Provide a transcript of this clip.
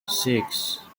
six